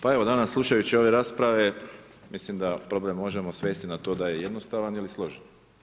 Pa evo, danas slušajući ove rasprave, mislim da problem možemo svesti na to da je jednostavan ili složen.